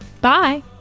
Bye